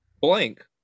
blank